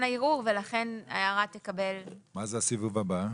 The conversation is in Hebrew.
הערעור ולכן ההערה תקבל מה זה הסיבוב הבא?